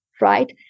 right